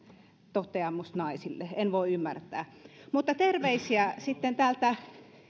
toteamus naisille en voi ymmärtää mutta terveisiä sitten täältä